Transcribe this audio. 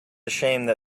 shame